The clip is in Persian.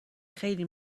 خیلی